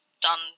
done